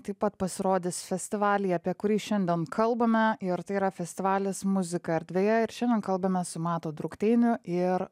taip pat pasirodys festivaly apie kurį šiandien kalbame ir tai yra festivalis muzika erdvėje ir šiandien kalbamės su matu drukteiniu ir